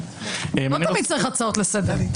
לא תמיד צריך הצעות לסדר.